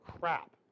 crap